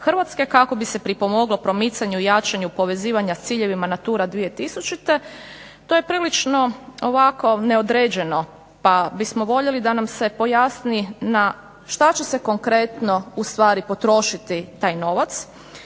Hrvatske kako bi se pripomoglo promicanju i jačanju povezivanja s ciljevima Natura 2000. To je prilično ovako neodređeno, pa bismo voljeli da nam se pojasni na šta će se konkretno u stvari potrošiti taj novac